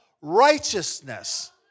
righteousness